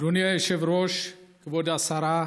אדוני היושב-ראש, כבוד השרה,